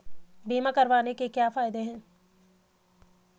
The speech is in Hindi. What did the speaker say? बीमा करवाने के क्या फायदे हैं?